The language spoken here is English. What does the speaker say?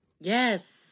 yes